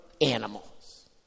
animals